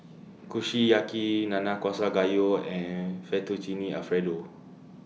Kushiyaki Nanakusa Gayu and Fettuccine Alfredo